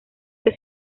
que